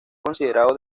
considerado